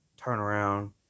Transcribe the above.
turnaround